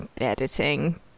editing